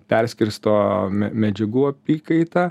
perskirsto medžiagų apykaitą